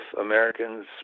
Americans